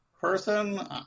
person